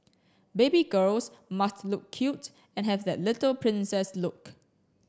baby girls must look cute and have that little princess look